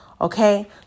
Okay